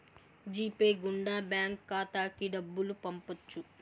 G pay గుండా bank ఖాతాకి డబ్బులు పంపొచ్చు